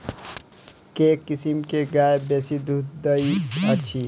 केँ किसिम केँ गाय बेसी दुध दइ अछि?